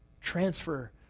Transfer